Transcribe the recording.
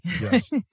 yes